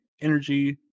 energy